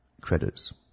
credits